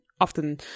often